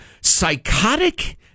psychotic